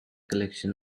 collection